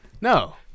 No